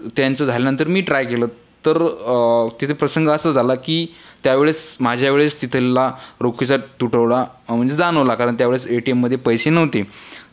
त्यांचं झाल्यानंतर मी ट्राय केलं तर तिथे प्रसंग असा झाला की त्या वेळेस माझ्या वेळेस तिथला रोखीचा तुटवडा म्हणजे जाणवला कारण त्या वेळेस ए टी एममध्ये पैसे नव्हते